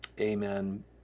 Amen